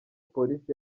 polisi